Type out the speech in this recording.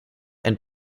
and